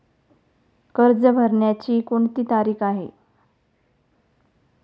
कर्ज भरण्याची कोणती तारीख आहे?